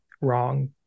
wrong